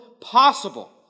possible